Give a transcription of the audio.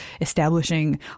establishing